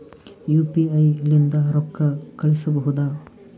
UPI ಲಿಂದ ರೊಕ್ಕ ಕಳಿಸಬಹುದಾ?